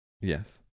Yes